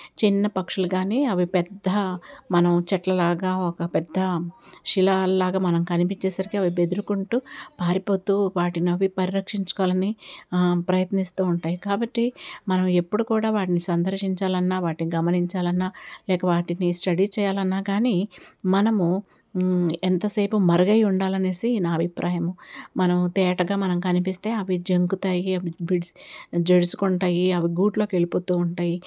చిన్న పక్షులు కానీ అవి పెద్ద మనం చెట్లలాగా ఒక పెద్ద శిలలాగా మనం కనిపించే సరికి అవి బెదురుకుంటూ పారిపోతూ వాటిని అవి పరిరక్షించుకోవాలని ప్రయత్నిస్తూ ఉంటాయి కాబట్టి మనం ఎప్పుడు కూడా వాటిని సందర్శించాలన్నా వాటిని గమనించాలన్నా లేక వాటిని స్టడీ చేయాలన్నా కానీ మనము ఎంతసేపు మరుగై ఉండాలి అ నేసి నా అభిప్రాయము మనం తేటగా మనం కనిపిస్తే అవి జంకుతాయి అవి జడుసుకుంటాయి అవి గూటిలోకి వెళ్ళిపోతూ ఉంటాయి